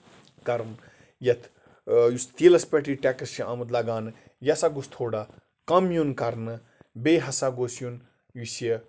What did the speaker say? کرُن یَتھ یُس تیٖلَس پٮ۪ٹھ یہِ ٹیکس چھُ آمُت لَگاونہٕ یہِ ہسا گوٚژھ تھوڑا کَم یُن کرنہٕ بیٚیہِ ہسا گوٚژھ یُن یُس یہِ